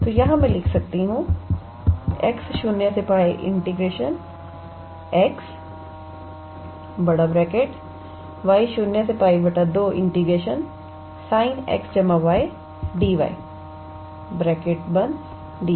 तो यहाँ मैं लिख सकती हूंx0𝜋 𝑥y0𝜋2 𝑠𝑖𝑛𝑥 𝑦𝑑𝑦𝑑𝑥